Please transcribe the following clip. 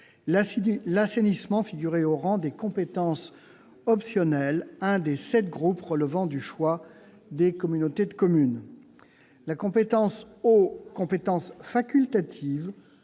l'assainissement figurait au rang des compétences optionnelles, un des sept groupes relevant du choix des communautés de communes. La compétence « eau », facultative,